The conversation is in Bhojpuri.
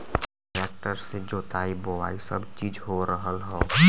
ट्रेक्टर से जोताई बोवाई सब चीज हो रहल हौ